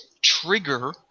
trigger